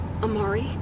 Amari